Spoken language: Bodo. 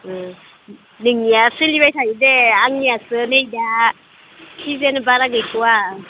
नोंनिया सोलिबाय थायो दे आंनियासो नैदा खिजानो बारा गैथ'आ